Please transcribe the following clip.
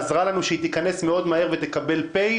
בזמנו עזרה לנו שהיא תיכנס מהר מאוד ותקבל מספר (פ/),